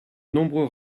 nombreux